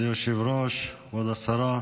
מכובדי היושב-ראש, כבוד השרה,